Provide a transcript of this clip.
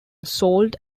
salt